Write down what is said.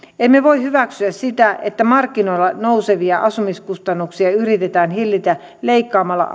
emme voi hyväksyä sitä että markkinoilla nousevia asumiskustannuksia yritetään hillitä leikkaamalla